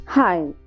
Hi